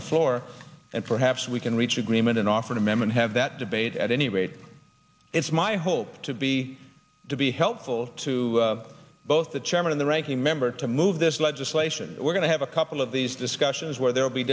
the floor and perhaps we can reach agreement and offer an amendment have that debate at any rate it's my hope to be to be helpful to both the chairman of the ranking member to move this legislation we're going to have a couple of these discussions where there will be